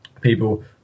people